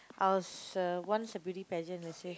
I was uh once a beauty pageant let's say